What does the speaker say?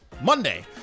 monday